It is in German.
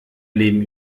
leben